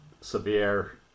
severe